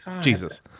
Jesus